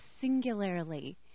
singularly